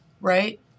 right